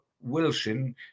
wilson